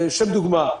לשם דוגמה,